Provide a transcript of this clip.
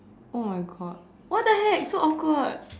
oh my God what the heck so awkward